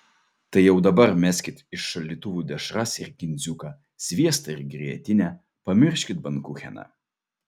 tai jau dabar meskit iš šaldytuvų dešras ir kindziuką sviestą ir grietinę pamirškit bankucheną